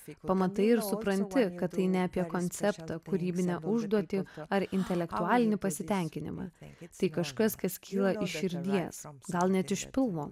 pamatai ir supranti kad tai ne apie konceptą kūrybinę užduotį ar intelektualinį pasitenkinimą tai kažkas kas kyla iš širdies gal net iš filmo